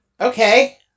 Okay